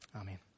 Amen